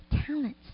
talents